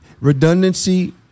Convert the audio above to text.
Redundancy